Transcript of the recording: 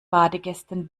badegästen